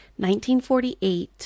1948